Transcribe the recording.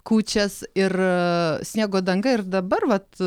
kūčias ir sniego danga ir dabar vat